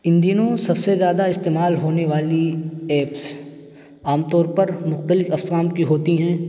ان دنوں سب سے زیادہ استعمال ہونے والی ایپس عام طور پر مختلف اقسام کی ہوتی ہیں